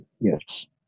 Yes